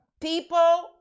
people